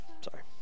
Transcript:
Sorry